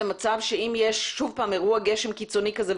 למצב שאם יש שוב פעם אירוע גשם קיצוני כזה.